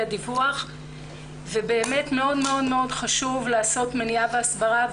דיווח ובאמת מאוד מאוד חשוב לעשות מניעה והסברה,